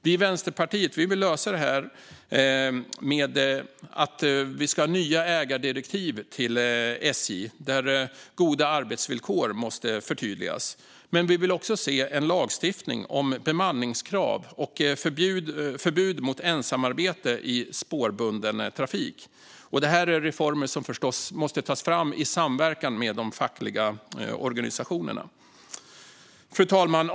Vi i Vänsterpartiet vill lösa detta genom nya ägardirektiv till SJ, där goda arbetsvillkor måste förtydligas. Vi vill dock också se en lagstiftning om ett bemanningskrav och ett förbud mot ensamarbete i spårbunden trafik. Detta är reformer som förstås måste tas fram i samverkan med de fackliga organisationerna. Fru talman!